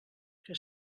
que